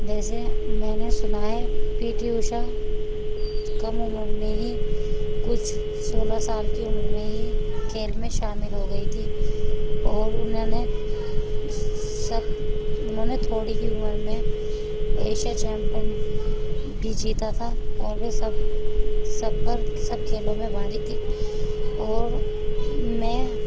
ویسے میں نے سنا ہے پی ٹی اوشا کم عمر میں ہی کچھ سولہ سال کی عمر میں ہی کھیل میں شامل ہو گئی تھی اور انہوں نے سب انہوں نے تھوڑی ہی عمر میں ایشیا چیمپن بھی جیتا تھا اور وہ سب سب پر سب کھیلوں میں بھاری تھی اور میں